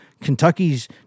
Kentucky's